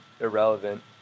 irrelevant